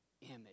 image